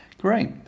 Great